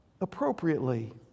appropriately